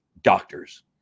Doctors